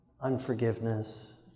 unforgiveness